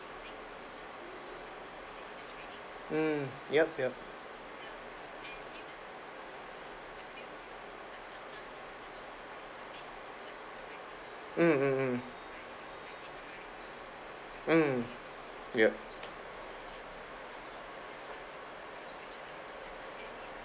mm yup yup mm mm mm mm ya